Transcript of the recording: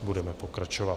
Budeme pokračovat.